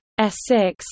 S6